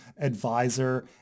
advisor